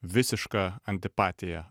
visišką antipatiją